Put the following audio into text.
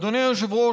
אדוני היושב-ראש,